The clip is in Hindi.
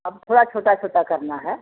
अब थोड़ा छोटा छोटा करना हैं